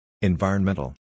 Environmental